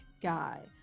guy